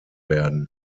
werden